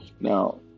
Now